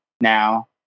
now